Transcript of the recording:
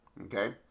okay